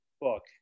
book